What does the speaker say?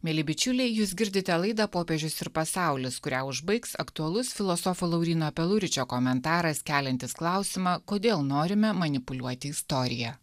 mieli bičiuliai jūs girdite laidą popiežius ir pasaulis kurią užbaigs aktualus filosofo lauryno peluričio komentaras keliantis klausimą kodėl norime manipuliuoti istorija